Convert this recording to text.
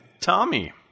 Tommy